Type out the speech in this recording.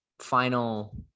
final